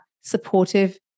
supportive